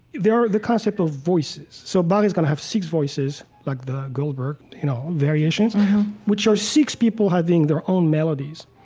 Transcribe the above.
there are the concept of voices. so bach is going to have six voices, like the goldberg you know variations which are six people having their own melodies.